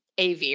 AV